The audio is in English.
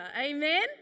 Amen